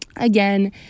Again